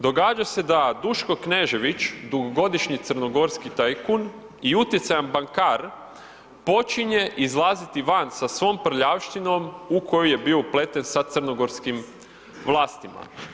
Događa se da Duško Knežević, dugogodišnji crnogorski tajkun i utjecajan bankar počinje izlaziti vas sa svom prljavštinom u koju je bio upleten sa crnogorskim vlastima.